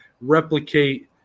replicate